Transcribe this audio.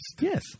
Yes